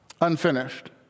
Unfinished